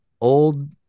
old